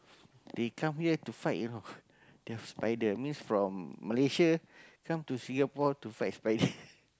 they come here to fight you know their spider means from Malaysia come to Singapore to fight spider